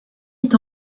est